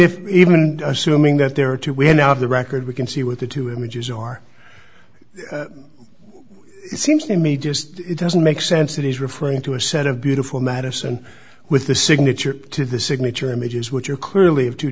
if even assuming that there are two we are now the record we can see with the two images are it seems to me just doesn't make sense it is referring to a set of beautiful madison with the signature to the signature images which are clearly of two